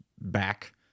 back